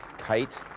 kite.